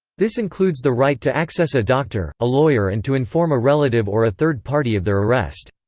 this includes the right to access a doctor, a lawyer and to inform a relative or a third party of their arrest.